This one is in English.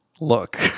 Look